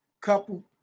couple